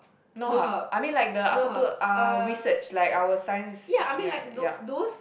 no !huh! I mean like the apa tu ah research like our science ya ya